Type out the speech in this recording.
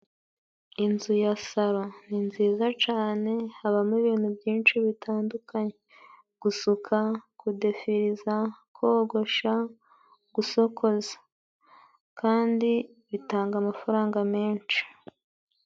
Inzu ya salo ni nziza cane, habamo ibintu byinshi bitandukanye: gusuka, kudefiriza, kogosha, gusokoza, kandi bitanga amafaranga menshi.